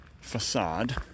facade